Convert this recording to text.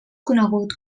conegut